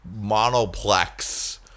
monoplex